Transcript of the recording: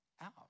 out